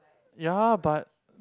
ya but